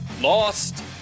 Lost